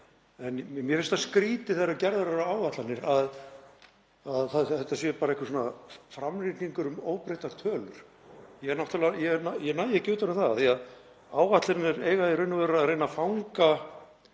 En mér finnst skrýtið þegar gerðar eru áætlanir að þetta sé bara einhver framreikningur um óbreyttar tölur. Ég næ ekki utan um það af því að áætlanir eiga í raun og veru að reyna að fanga